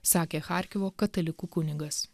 sakė charkivo katalikų kunigas